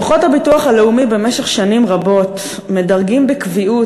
דוחות הביטוח הלאומי במשך שנים רבות מדרגים בקביעות